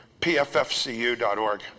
pffcu.org